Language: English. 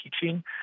teaching